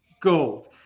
gold